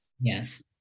Yes